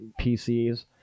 pcs